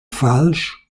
falsch